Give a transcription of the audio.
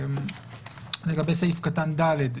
לגבי סעיף קטן (ד),